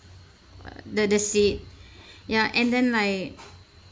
the the seat ya and then I